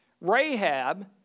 Rahab